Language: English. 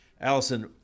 Allison